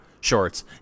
shorts